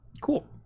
Cool